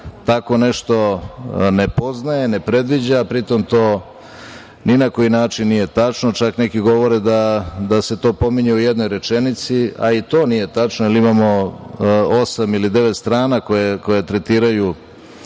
tako nešto ne poznaje, ne predviđa, a pri tom ni na koji način nije tačno, čak, neki govore da se to pominje u jednoj rečenici, a i to nije tačno, jer imamo osam ili devet strana koje tretiraju,